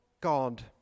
God